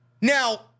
Now